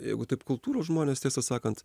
jeigu taip kultūros žmonės tiesą sakant